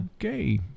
Okay